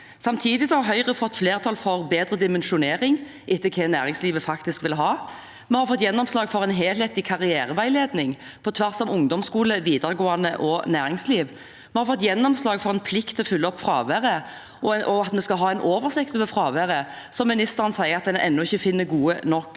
Samtidig har Høyre fått flertall for bedre dimensjonering etter hva næringslivet faktisk vil ha. Vi har fått gjennomslag for en helhetlig karriereveiledning på tvers av ungdomsskole, videregående og næringsliv. Vi har fått gjennomslag for en plikt til å følge opp fraværet og at vi skal ha en oversikt over det, noe ministeren sier at en ennå ikke finner gode nok